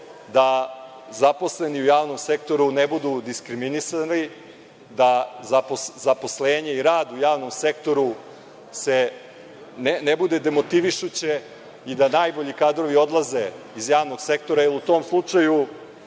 da zaposleni u javnom sektoru ne budu diskriminisani, da zaposlenje i rad u javnom sektoru ne bude demotivišuće i da najbolji kadrovi odlaze iz javnog sektora jer u tom slučaju